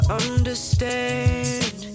understand